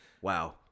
Wow